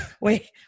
Wait